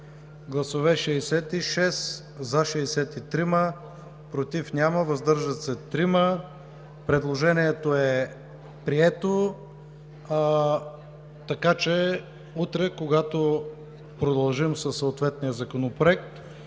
представители: за 63, против няма, въздържали се 3. Предложението е прието. Утре, когато продължим със съответния Законопроект,